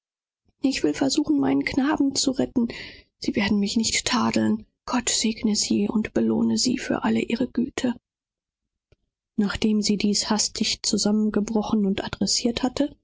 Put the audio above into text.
ich will es versuchen mein kind zu retten sie werden mich nicht verdammen gott segne sie und lohne ihnen alle ihre güte nachdem sie dieses blatt hastig zusammengelegt und addressirt hatte